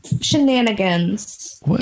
shenanigans